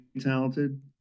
talented